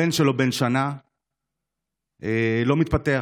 הבן שלו בן השנה לא מתפתח.